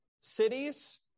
cities